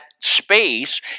space